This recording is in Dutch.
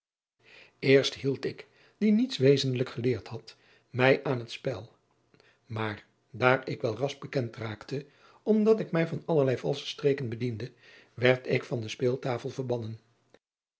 erst hield ik die niets wezenlijks geleerd had mij aan het spel maar daar ik wel ras bekend raakte omdat ik mij van allerlei valsche streken bediende werd ik van de